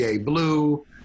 Blue